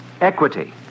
Equity